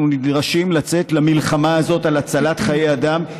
אנחנו נדרשים לצאת למלחמה הזאת על הצלת חיי אדם,